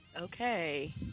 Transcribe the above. Okay